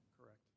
Correct